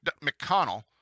McConnell